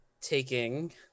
taking